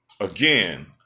again